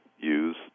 use